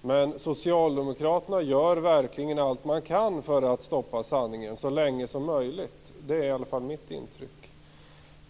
Men socialdemokraterna gör verkligen allt de kan för att stoppa sanningen så länge som möjligt. Det är i alla fall mitt intryck.